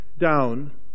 down